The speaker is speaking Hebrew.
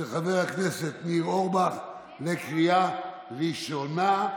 של חבר הכנסת ניר אורבך, בקריאה ראשונה.